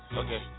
okay